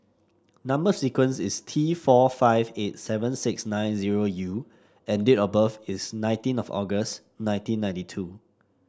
number sequence is T four five eight seven six nine zero U and date of birth is nineteen of August nineteen ninety two